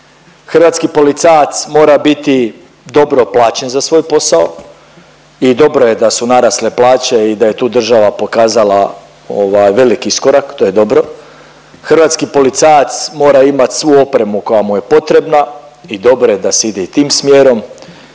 Hrvatski policajac mora biti dobro plaćen za svoj posao i dobro je da su narasle plaće i da je tu država pokazala veliki iskorak to je dobro, hrvatski policajac mora imati svu opremu koja mu je potrebna i dobro je da se ide i tim smjerom